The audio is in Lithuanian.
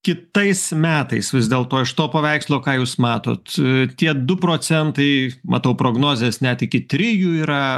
kitais metais vis dėlto iš to paveikslo ką jūs matot tie du procentai matau prognozės net iki trijų yra